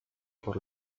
por